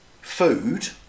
food